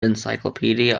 encyclopedia